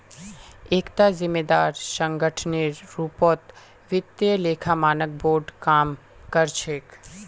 एकता जिम्मेदार संगठनेर रूपत वित्तीय लेखा मानक बोर्ड काम कर छेक